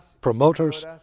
promoters